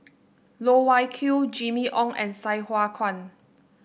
Loh Wai Kiew Jimmy Ong and Sai Hua Kuan